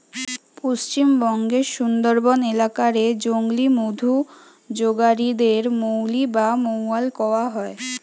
পশ্চিমবঙ্গের সুন্দরবন এলাকা রে জংলি মধু জগাড়ি দের মউলি বা মউয়াল কয়া হয়